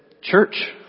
church